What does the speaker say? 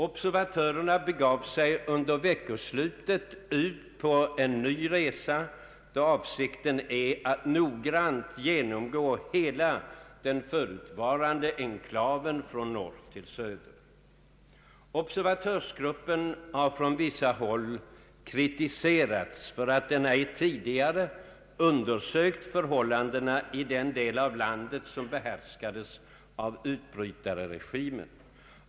Observatörerna begav sig under veckoslutet ut på en ny resa då avsikten är att noggrant genomgå hela den förutvarande enklaven från norr till söder. Observatörsgruppen har från vissa håll kritiserats för att den ej tidigare undersökt förhållandena i den del av landet som behärskades av utbrytarregimen.